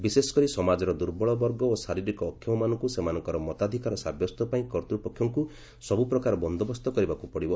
ବିଶେଷ କରି ସମାଜର ଦୁର୍ବଳ ବର୍ଗ ଓ ଶାରିରୀକ ଅକ୍ଷମମାନଙ୍କୁ ସେମାନଙ୍କର ସମତାଧିକାର ସାବ୍ୟସ୍ତ ପାଇଁ କର୍ତ୍ତୃପକ୍ଷଙ୍କୁ ସବୁପ୍ରକାର ବନ୍ଦୋବସ୍ତ କରିବାକୁ ପଡ଼ିବ